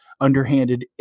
underhanded